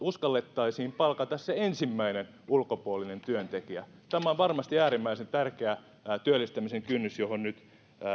uskallettaisiin palkata se ensimmäinen ulkopuolinen työntekijä tämä on varmasti äärimmäisen tärkeä työllistämisen kynnys johon nyt